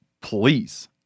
please